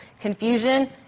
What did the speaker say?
Confusion